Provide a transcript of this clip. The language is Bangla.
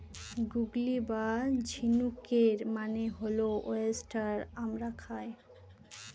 গুগলি বা ঝিনুকের মানে হল ওয়েস্টার আমরা খাই